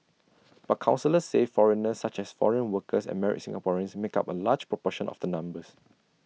but counsellors say foreigners such as foreign workers and married Singaporeans make up A large proportion of the numbers